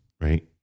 right